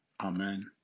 amen